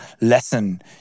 lesson